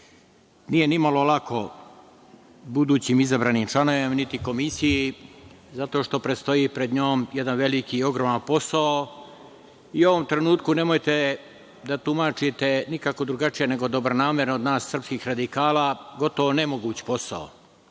nije ni malo lako budućim izabranim članovima, niti Komisiji, zato što predstoji pred njom jedan veliki, ogroman posao. I, u ovom trenutku nemojte da tumačite nikako drugačije nego dobronamerno od nas, srpskih radikala gotovo nemoguć posao